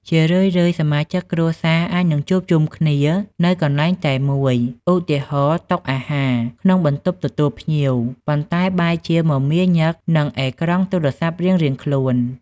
ជារឿយៗ សមាជិកគ្រួសារអាចនឹងជួបជុំគ្នានៅកន្លែងតែមួយ ឧទាហរណ៍ តុអាហារ ក្នុងបន្ទប់ទទួលភ្ញៀវ ប៉ុន្តែបែរជា មមាញឹកនឹងអេក្រង់ទូរស័ព្ទរៀងៗខ្លួន។